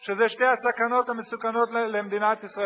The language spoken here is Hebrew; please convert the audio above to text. שזה שתי הסכנות המסוכנות למדינת ישראל.